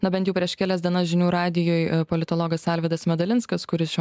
na bent jau prieš kelias dienas žinių radijui politologas alvydas medalinskas kuris šiuo